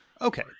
Okay